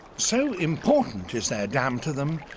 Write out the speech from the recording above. so important is their dam to them,